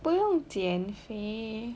不用减肥